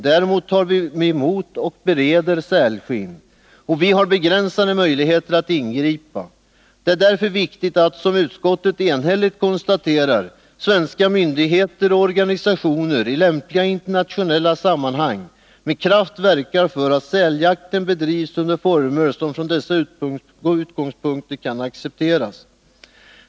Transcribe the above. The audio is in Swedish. Däremot tar vi emot och bereder sälskinn. Vi har begränsade möjligheter att ingripa. Det är därför viktigt att, som utskottet enhälligt konstaterar, svenska myndigheter och organisationer i lämpliga internationella sammanhang med kraft verkar för att säljakten bedrivs under former som från dessa utgångspunkter kan accepteras.